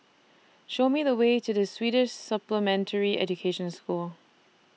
Show Me The Way to The Swedish Supplementary Education School